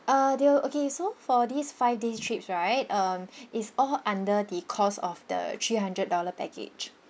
uh there will okay so for this five days trips right um it's all under the cost of the three hundred dollar package